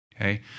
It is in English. Okay